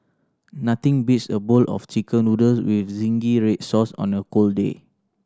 nothing beats a bowl of Chicken Noodles with zingy red sauce on a cold day